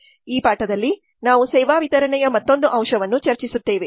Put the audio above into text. ಈ ಪಾಠದಲ್ಲಿ ನಾವು ಸೇವಾ ವಿತರಣೆಯ ಮತ್ತೊಂದು ಅಂಶವನ್ನು ಚರ್ಚಿಸುತ್ತೇವೆ